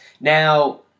Now